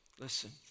listen